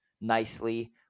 nicely